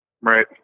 Right